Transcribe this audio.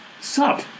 sup